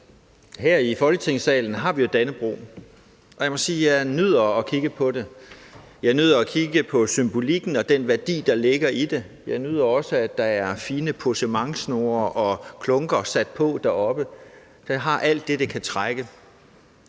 hængende, og jeg må sige, at jeg nyder at kigge på det. Jeg nyder at kigge på symbolikken og den værdi, der ligger i det. Jeg nyder også, at der er fine possementsnore og klunker sat på deroppe. Det har fået alt det, det kan trække.